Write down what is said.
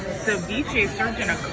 ceviche served in